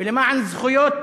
ולמען זכויות